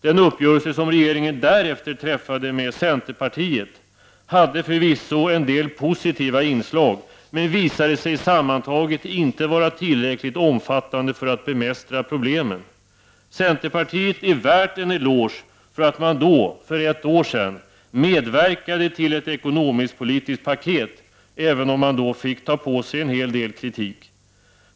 Den uppgörelse som regeringen därefter träffade med centerpartiet hade förvisso en del positiva inslag men visade sig sammantaget inte vara tillräckligt omfattande för att bemästra problemen. Centerpartiet är värt en eloge för att man för ett år sedan medverkade till ett ekonomiskpolitiskt paket, även om man fick ta på sig en hel del kritik.